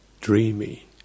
dreamy